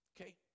Okay